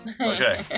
Okay